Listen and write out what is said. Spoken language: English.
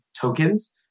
tokens